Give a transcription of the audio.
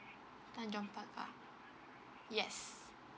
tanjong pagar yes